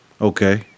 Okay